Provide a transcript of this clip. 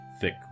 thick